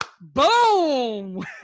Boom